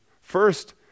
First